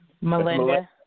Melinda